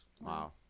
Wow